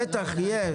בטח, יהיה.